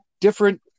different